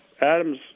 Adams